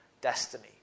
destiny